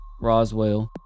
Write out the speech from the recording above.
Roswell